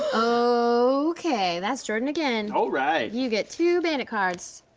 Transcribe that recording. so okay, that's jordan again. alright. you get two bandit cards.